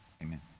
amen